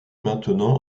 maintenant